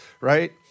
right